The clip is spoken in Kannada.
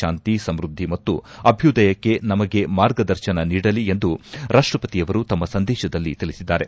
ಶಾಂತಿ ಸಮ್ನದ್ಲಿ ಮತ್ತು ಅಭ್ಯುದಯಕ್ಕೆ ನಮಗೆ ಮಾರ್ಗದರ್ಶನ ನೀಡಲಿ ಎಂದು ರಾಷ್ಷಪತಿಯವರು ತಮ್ಮ ಸಂದೇಶದಲ್ಲಿ ತಿಳಿಸಿದ್ದಾರೆ